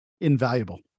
Invaluable